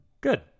Good